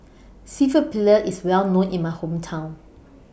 Seafood Paella IS Well known in My Hometown